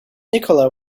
nikola